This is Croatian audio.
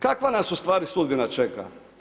Kakva nas ustvari sudbina čeka?